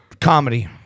comedy